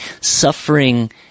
Suffering